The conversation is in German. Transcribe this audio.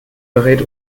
berät